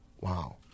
Wow